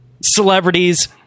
celebrities